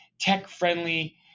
tech-friendly